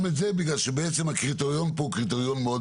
את זה בגלל שבעצם הקריטריון פה הוא קריטריון מאוד